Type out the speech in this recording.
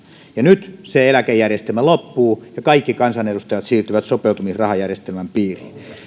ja nyt se eläkejärjestelmä loppuu ja kaikki kansanedustajat siirtyvät sopeutumisrahajärjestelmän piiriin